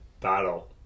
battle